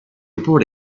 report